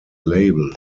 label